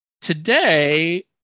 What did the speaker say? today